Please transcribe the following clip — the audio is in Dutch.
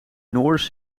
noors